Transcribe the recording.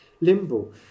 limbo